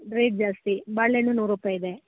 rate ಜಾಸ್ತಿ ಬಾಳೆಹಣ್ಣು ನೂರು ರೂಪಾಯಿ ಇದೆ